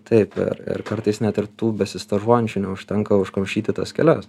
taip ir ir kartais net ir tų besistažuojančių neužtenka užkamšyti tas kelias